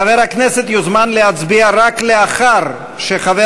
חבר הכנסת יוזמן להצביע רק לאחר שחבר